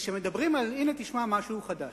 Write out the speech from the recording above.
תשמע משהו חדש,